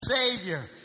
Savior